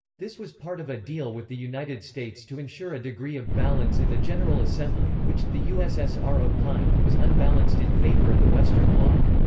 this was part of a deal with the united states to ensure a degree of balance in the general assembly, which, the ussr opined, was unbalanced in favor of the western bloc.